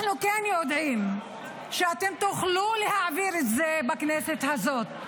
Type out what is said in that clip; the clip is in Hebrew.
אנחנו כן יודעים שאתם תוכלו להעביר את זה בכנסת הזאת.